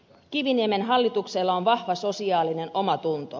kiviniemen hallituksella on vahva sosiaalinen omatunto